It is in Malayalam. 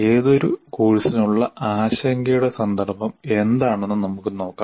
ഏതൊരു കോഴ്സിനുമുള്ള ആശങ്കയുടെ സന്ദർഭം എന്താണെന്ന് നമുക്ക് നോക്കാം